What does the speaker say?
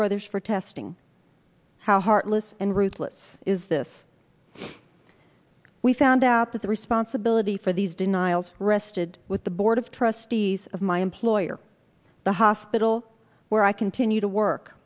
brothers for testing how heartless and ruthless is this we found out that the responsibility for these denials rested with the board of trustees of my employer the hospital where i continue to work